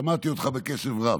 שמעתי אותך בקשב רב.